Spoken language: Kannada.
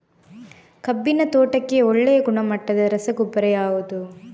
ಕಬ್ಬಿನ ತೋಟಕ್ಕೆ ಒಳ್ಳೆಯ ಗುಣಮಟ್ಟದ ರಸಗೊಬ್ಬರ ಯಾವುದು?